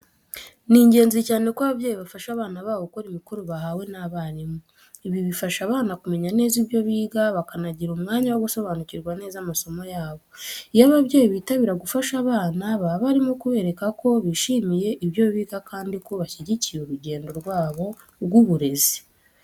Ni ingenzi cyane ko ababyeyi bafasha abana babo gukora imikoro bahawe n'abarimu. Ibi bifasha abana kumenya neza ibyo biga, bakanagira umwanya wo gusobanukirwa neza amasomo yabo. Iyo ababyeyi bitabira gufasha abana, baba barimo kubereka ko bishimiye ibyo biga kandi ko bashyigikiye urugendo rwabo rw’uburezi.